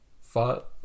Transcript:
fought